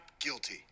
guilty